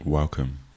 Welcome